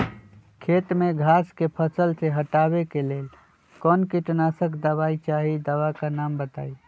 खेत में घास के फसल से हटावे के लेल कौन किटनाशक दवाई चाहि दवा का नाम बताआई?